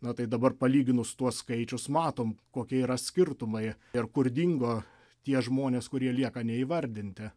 na tai dabar palyginus tuos skaičius matom kokie yra skirtumai ir kur dingo tie žmonės kurie lieka neįvardinti